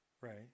Right